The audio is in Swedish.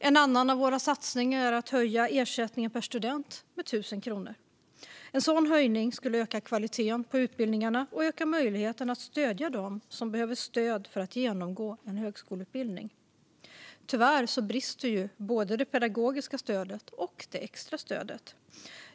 En annan av våra satsningar är att höja ersättningen per student med 1 000 kronor. En sådan höjning skulle öka kvaliteten på utbildningarna och öka möjligheten att stödja dem som behöver stöd för att genomgå en högskoleutbildning. Tyvärr brister både det pedagogiska stödet och det extra stödet.